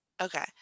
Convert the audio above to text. Okay